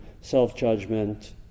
self-judgment